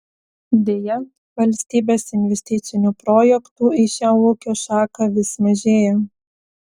deja valstybės investicinių projektų į šią ūkio šaką vis mažėja